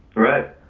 right.